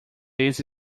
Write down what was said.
this